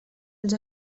als